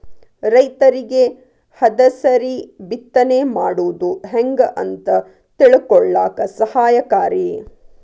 ರೈತರಿಗೆ ಹದಸರಿ ಬಿತ್ತನೆ ಮಾಡುದು ಹೆಂಗ ಅಂತ ತಿಳಕೊಳ್ಳಾಕ ಸಹಾಯಕಾರಿ